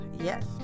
yes